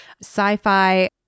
Sci-fi